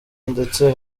ndetse